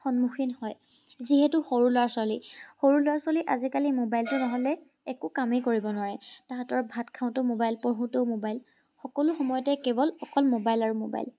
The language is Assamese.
সন্মুখীন হয় যিহেতু সৰু ল'ৰা ছোৱালী সৰু ল'ৰা ছোৱালী আজিকালি মোবাইলটো নহ'লে একো কামেই কৰিব নোৱাৰে তাহাঁতৰ ভাত খাওঁতেও মোবাইল পঢ়োঁতেও মোবাইল সকলো সময়তে কেৱল অকল মোবাইল আৰু মোবাইল